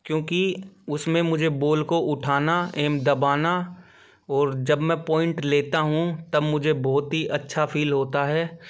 क्योंकि उसमें मुझे बोल को उठाने एवं दबाना और जब मैं पॉइंट लेता हूँ तब मुझे बहुत ही अच्छा फील होता है